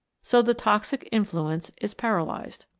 so the toxic in fluence is paralysed.